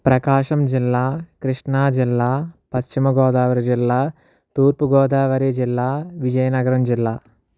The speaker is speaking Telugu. ప్రకాశం జిల్లా కృష్ణా జిల్లా పశ్చిమ గోదావరి జిల్లా తూర్పు గోదావరి జిల్లా విజయనగరం జిల్లా